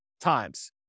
times